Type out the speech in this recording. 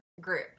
group